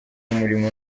umurimo